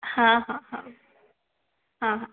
ହଁ ହଁ ହଁ ହଁ ହଁ